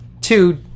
Two